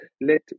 let